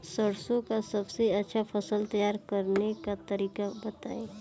सरसों का सबसे अच्छा फसल तैयार करने का तरीका बताई